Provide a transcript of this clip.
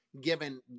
given